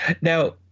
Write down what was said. Now